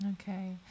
okay